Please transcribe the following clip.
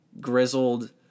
grizzled